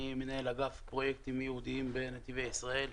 אני מנהל אגף פרויקטים ייעודיים בנתיבי ישראל.